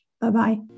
Bye-bye